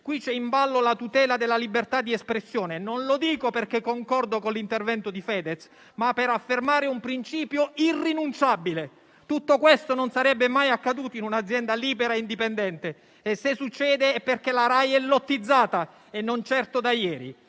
re: c'è in ballo la tutela della libertà di espressione. Non lo dico perché concordo con l'intervento di Fedez, ma per affermare un principio irrinunciabile. Tutto questo non sarebbe mai accaduto in un'azienda libera e indipendente, e se succede, è perché la RAI è lottizzata e non certo da ieri.